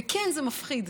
וכן, זה מפחיד.